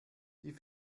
die